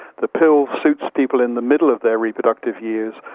the pill suits people in the middle of their reproductive years,